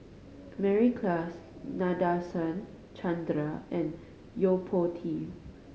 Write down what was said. Mary Klass Nadasen Chandra and Yo Po Tee